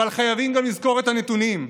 אבל חייבים גם לזכור את הנתונים: